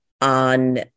on